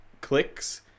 clicks